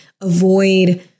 avoid